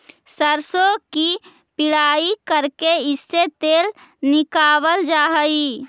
सरसों की पिड़ाई करके इससे तेल निकावाल जा हई